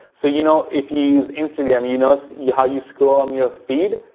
so, you know, if you use instagram, you know so you how you scroll on your feed,